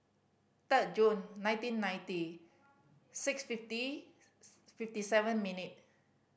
third June nineteen ninety six fifty fifty seven minute